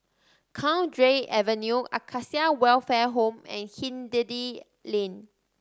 Cowdray Avenue Acacia Welfare Home and Hindhede Lane